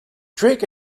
drake